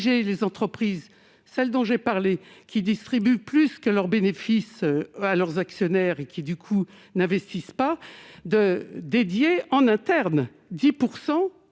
les entreprises celles dont j'ai parlé, qui distribue plus que leurs bénéfices à leurs actionnaires et qui du coup n'investissent pas de dédier en interne 10